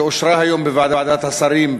שאושרה היום בוועדת השרים,